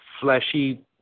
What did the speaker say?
fleshy